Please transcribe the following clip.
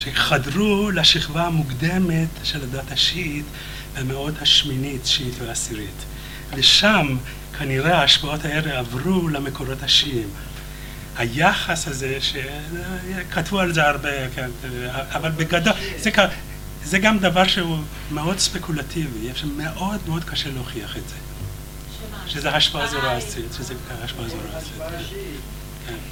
שחדרו לשכבה המוקדמת של הדת השיעית במאות השמינית, תשיעית ועשירית. ושם, כנראה ההשפעות האלה עברו למקורות השיעים. היחס הזה, ש... כתבו על זה הרבה, כן? אבל בגדול, זה גם... זה גם דבר שהוא מאוד ספקולטיבי, יש... מאוד מאוד קשה להוכיח את זה. שמה? שזה ההשפעה הזורעסית, שזה ההשפעה הזורעסית.